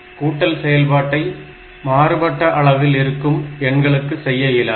கூட்டல் செயல்பாட்டை மாறுபட்ட அளவில் இருக்கும் எண்களுக்கு செய்ய இயலாது